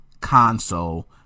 console